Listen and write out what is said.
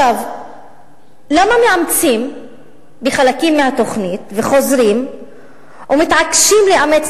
למה מאמצים בחלקים מהתוכנית וחוזרים ומתעקשים לאמץ